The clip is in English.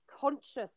conscious